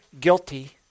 guilty